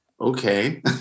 okay